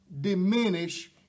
diminish